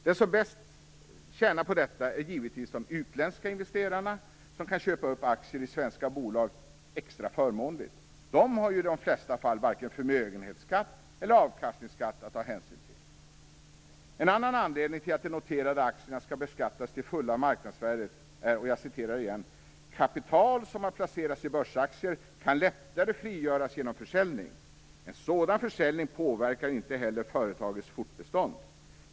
De som bäst tjänar på detta är givetvis de utländska investerarna, som kan köpa upp aktier i svenska bolag extra förmånligt. De har ju i de flesta fall varken förmögenhetsskatt eller avkastningsskatt att ta hänsyn till. En annan anledning till att de noterade aktierna skall beskattas till fulla marknadsvärdet är att "kapital som har placerats i börsaktier kan lättare frigöras genom försäljning. En sådan försäljning påverkar inte heller företagets fortbestånd.